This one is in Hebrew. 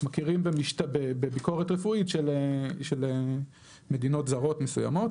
מכירים בביקורת רפואית של מדינות זרות מסוימות,